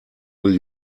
will